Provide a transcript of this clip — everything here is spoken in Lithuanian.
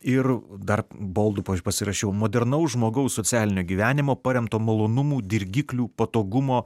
ir dar boldu pasirašiau modernaus žmogaus socialinio gyvenimo paremto malonumų dirgiklių patogumo